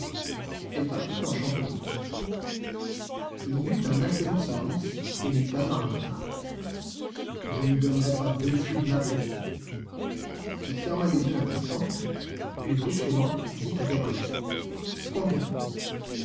elle partit en chantonnant il y eut un assez long silence et lupin marmotta je ne donnerais pas deux sous de ma peau il ferma les yeux un instant puis brusquement dit à gabriel combien